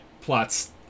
plots